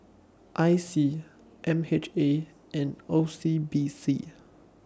I C M H A and O C B C